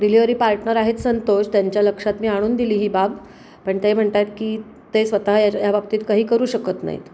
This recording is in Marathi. डिलिवरी पार्टनर आहेत संतोष त्यांच्या लक्षात मी आणून दिली ही बाब पण ते म्हणत आहेत की ते स्वतः या बाबतीत काही करू शकत नाहीत